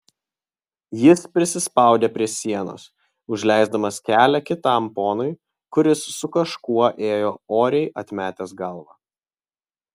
jis prisispaudė prie sienos užleisdamas kelią kitam ponui kuris su kažkuo ėjo oriai atmetęs galvą